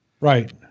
Right